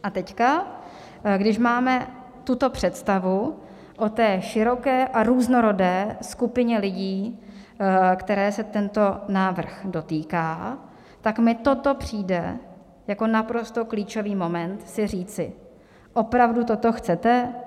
A teď, když máme tuto představu o té široké a různorodé skupině lidí, které se tento návrh dotýká, tak mi toto přijde jako naprosto klíčový moment si říci: Opravdu toto chcete?